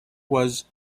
was